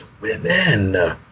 women